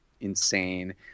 insane